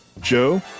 joe